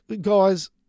Guys